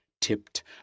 Tipped